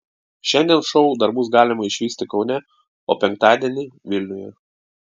šiandien šou dar bus galima išvysti kaune o penktadienį vilniuje